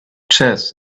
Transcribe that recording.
chess